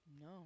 No